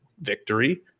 victory